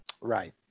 Right